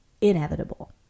inevitable